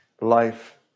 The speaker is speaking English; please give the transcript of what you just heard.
Life